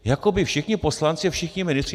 Jako by všichni poslanci, všichni ministři...